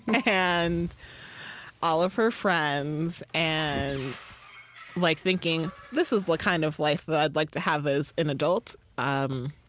yeah and all of her friends, and like thinking, this is the kind of life that i'd like to have as an adult. um